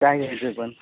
काय घ्यायचं आहे पण